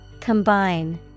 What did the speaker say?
Combine